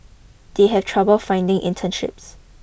they have trouble finding internships